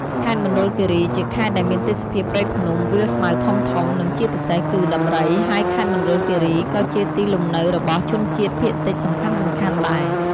ខេត្តមណ្ឌលគិរី ជាខេត្តដែលមានទេសភាពព្រៃភ្នំ វាលស្មៅធំៗ និងជាពិសេសគឺ ដំរី ហើយខេត្តមណ្ឌលគិរីក៏ជាទីលំនៅរបស់ ជនជាតិភាគតិចសំខាន់ៗដែល។